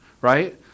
right